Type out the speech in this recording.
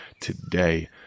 today